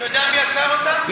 אתה יודע מי עצר אותה?